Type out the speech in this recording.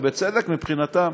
ובצדק מבחינתן.